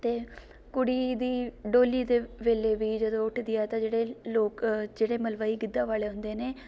ਅਤੇ ਕੁੜੀ ਦੀ ਡੋਲੀ ਦੇ ਵੇਲੇ ਵੀ ਜਦੋਂ ਉੱਠਦੀ ਹੈ ਤਾਂ ਜਿਹੜੇ ਲੋਕ ਜਿਹੜੇ ਮਲਵਈ ਗਿੱਧਾ ਵਾਲੇ ਹੁੰਦੇ ਨੇ